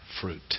fruit